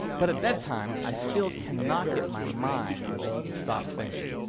but at bedtime, i still cannot get my mind to stop thinking.